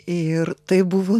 ir tai buvo